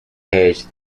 page